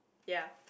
ya